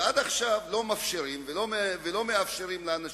ועד עכשיו לא מפשירים ולא מאפשרים לאנשים.